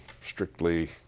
strictly